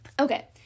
Okay